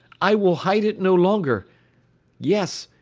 i will hide it no longer yes,